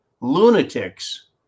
lunatics